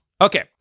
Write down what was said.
Okay